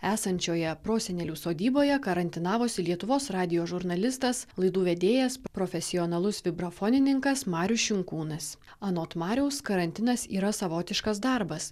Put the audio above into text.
esančioje prosenelių sodyboje karantinavosi lietuvos radijo žurnalistas laidų vedėjas profesionalus vibrafonininkas marius šinkūnas anot mariaus karantinas yra savotiškas darbas